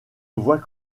voit